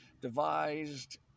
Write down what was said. devised